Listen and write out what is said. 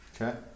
Okay